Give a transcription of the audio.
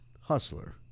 Hustler